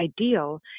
ideal